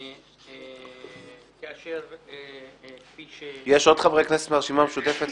האם יש עוד חברי כנסת מהרשימה המשותפת,